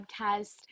podcast